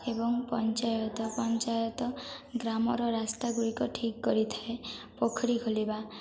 ଏବଂ ପଞ୍ଚାୟତ ପଞ୍ଚାୟତ ଗ୍ରାମର ରାସ୍ତା ଗୁଡ଼ିକ ଠିକ୍ କରିଥାଏ ପୋଖରୀ ଖୋଳିବା